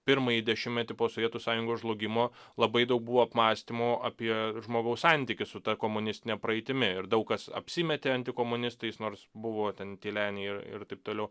pirmąjį dešimtmetį po sovietų sąjungos žlugimo labai daug buvo apmąstymo apie žmogaus santykį su ta komunistine praeitimi ir daug kas apsimetė antikomunistais nors buvo ten tyleniai ir ir taip toliau